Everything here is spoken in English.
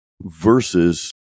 versus